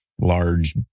large